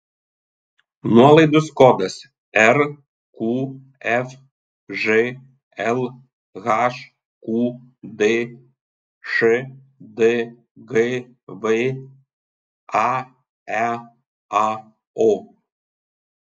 nuolaidos kodas rqfž lhqd šdgv aeao